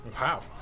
Wow